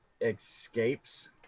escapes